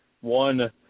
one